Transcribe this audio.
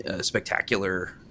spectacular